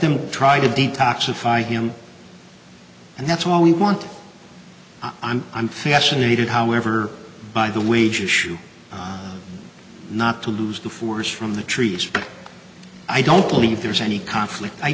them try to detoxify him and that's all we want i'm i'm fascinated however by the wage issue not to lose the forest from the trees but i don't believe there's any conflict i